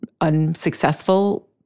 unsuccessful